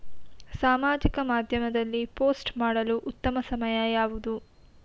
ಸಾಮಾಜಿಕ ಮಾಧ್ಯಮದಲ್ಲಿ ಪೋಸ್ಟ್ ಮಾಡಲು ಉತ್ತಮ ಸಮಯ ಯಾವುದು?